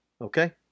Okay